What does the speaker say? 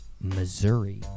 Missouri